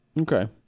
Okay